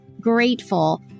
grateful